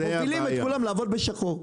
מובילים את כולן לעבוד בשחור.